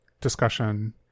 discussion